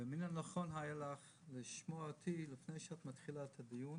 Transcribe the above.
מן הנכון היה לך לשמוע אותי לפני שאת מתחילה את הדיון: